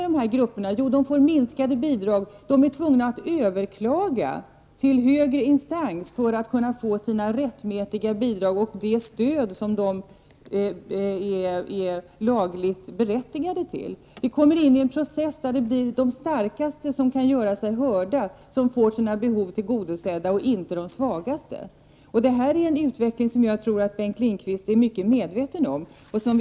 De grupper som jag här talar för får mindre bidrag, och de blir tvungna att överklaga i högre instans för att få de bidrag som de har rätt till och det stöd som de är lagligen berättigade till. Vi kommer in i en process där bara de starkaste kan göra sig hörda och få sina behov tillgodosedda. Jag tror att Bengt Lindqvist är mycket medveten om den här utvecklingen.